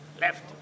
Left